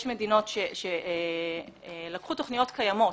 יש מדינות שלקחו תוכניות קיימות,